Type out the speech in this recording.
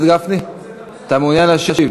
אתה מעוניין להשיב.